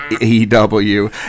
ew